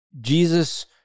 jesus